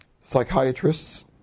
psychiatrists